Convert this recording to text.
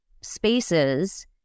spaces